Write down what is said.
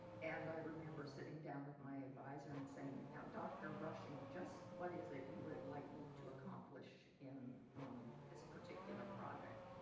and i remember sitting down with my advisor and saying, dr rushing just what is it you would like me to accomplish in this particular project?